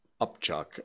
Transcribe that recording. upchuck